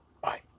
Bye